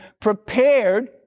prepared